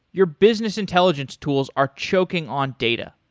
your business intelligence tools are chocking on data.